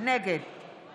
נגד